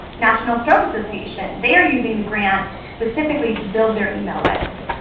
national stroke association, they are using the grant specifically to build their email list.